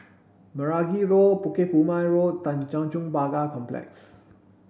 Meragi Road Bukit Purmei Road Tanjong Pagar Complex